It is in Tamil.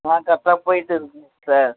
ஆ கரெக்டாக போய்ட்டு இருக்குதுங்க சார்